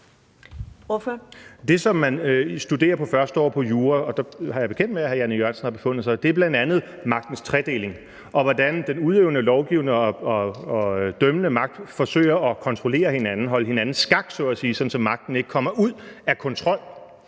Det, som man studerer på første år på jura, og der er jeg bekendt med at hr. Jan E. Jørgensen har befundet sig, er bl.a. magtens tredeling, og hvordan den udøvende, den lovgivende og den dømmende magt forsøger at kontrollere hinanden, så at sige at holde hinanden skak, sådan at magten ikke kommer ud af kontrol.